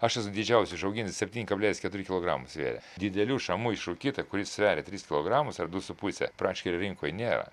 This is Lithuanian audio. aš esu didžiausią išauginęs septyni kablelis keturi kilogramo sverė didelių šamų išrūkyta kurie sveria tris kilogramus ar du su puse praktiškai rinkoj nėra